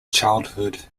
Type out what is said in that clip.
childhood